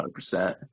100%